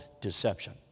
Deception